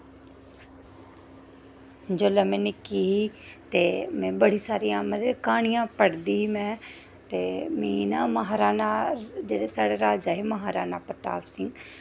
जेल्लै में नि'क्की ही ते में बड़ियां सारियां मतलब क्हानियां पढ़दी ही में मिगी ना महाराणा जेह्ड़े साढ़े राजा हे महाराणा प्रताप